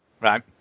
Right